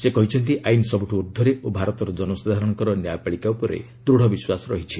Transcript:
ସେ କହିଛନ୍ତି ଆଇନ ସବୁଠୁ ୍ୱର୍ଦ୍ଧ୍ୱରେ ଓ ଭାରତର ଜନସାଧାରଣଙ୍କର ନ୍ୟାୟପାଳିକା ଉପରେ ଦୃଢ଼ ବିଶ୍ୱାସ ରହିଛି